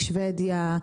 שבדיה,